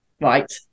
Right